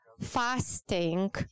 fasting